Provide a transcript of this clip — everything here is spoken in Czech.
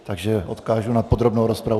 Takže odkážu na podrobnou rozpravu.